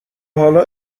حالا